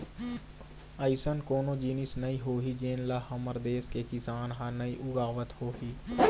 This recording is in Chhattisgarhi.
अइसन कोनो जिनिस नइ होही जेन ल हमर देस के किसान ह नइ उगावत होही